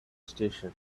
station